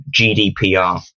gdpr